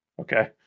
okay